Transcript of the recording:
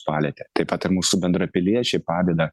palietė taip pat ir mūsų bendrapiliečiai padeda